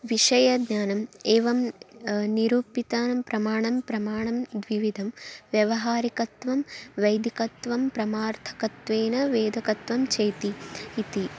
विषयज्ञानम् एवं निरूपितानां प्रमाणं प्रमाणं द्विविधं व्यवहारिकत्वं वैदिकत्वं परमार्थकत्वेन वैदिकत्वं चेति इति